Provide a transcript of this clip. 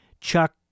Chuck